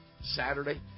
Saturday